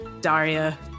daria